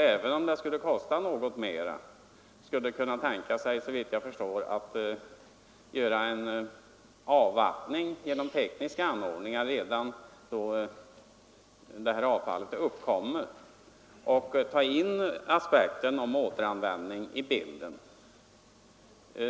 Även om det skulle kosta något mer än annan kvittblivning skulle man, såvitt jag förstår, kunna tänka sig att göra en avvattning genom tekniska anordningar redan då avfallet uppkommer och ta in aspekten om återanvändning i bilden.